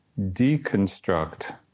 deconstruct